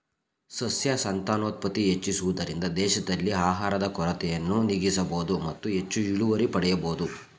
ಸಸ್ಯ ಸಂತಾನೋತ್ಪತ್ತಿ ಹೆಚ್ಚಿಸುವುದರಿಂದ ದೇಶದಲ್ಲಿ ಆಹಾರದ ಕೊರತೆಯನ್ನು ನೀಗಿಸಬೋದು ಮತ್ತು ಹೆಚ್ಚು ಇಳುವರಿ ಪಡೆಯಬೋದು